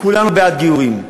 כולנו בעד גיורים.